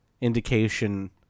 indication